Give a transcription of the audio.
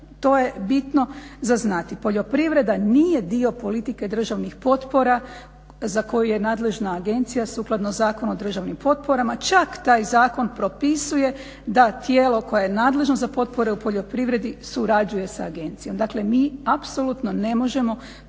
to je bitno za znati. Poljoprivreda nije dio politike državnih potpora za koju je nadležna agencija sukladno Zakonu o državnim potporama, čak taj zakon propisuje da tijelo koje je nadležno za potpore u poljoprivredi surađuje s agencijom. Dakle, mi apsolutno ne možemo